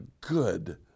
good